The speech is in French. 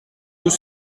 deux